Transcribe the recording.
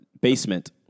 basement